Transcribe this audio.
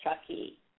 Chucky